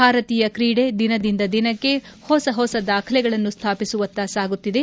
ಭಾರತೀಯ ಕ್ರೀಡೆ ದಿನದಿಂದ ದಿನಕ್ಕೆ ಹೊಸ ಹೊಸ ದಾಖಲೆಗಳನ್ನು ಸ್ಥಾಪಿಸುವತ್ತ ಸಾಗುತ್ತಿದೆ